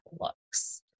looks